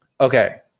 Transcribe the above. Okay